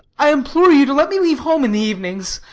i implore you to let me leave home in the evenings.